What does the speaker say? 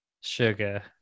sugar